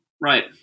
Right